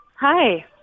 Hi